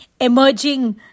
emerging